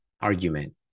argument